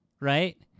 right